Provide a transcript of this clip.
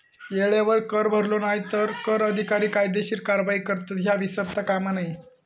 येळेवर कर भरलो नाय तर कर अधिकारी कायदेशीर कारवाई करतत, ह्या विसरता कामा नये